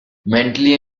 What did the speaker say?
mentally